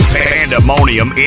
pandemonium